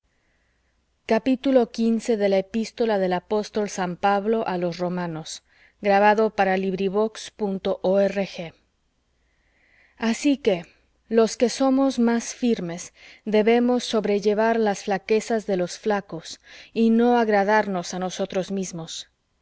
así que los que somos más firmes debemos sobrellevar las flaquezas de los flacos y no agradarnos á nosotros mismos